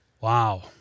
Wow